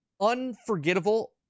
Unforgettable